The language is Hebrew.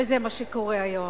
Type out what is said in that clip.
וזה מה שקורה היום.